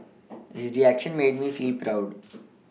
his reaction made me feel proud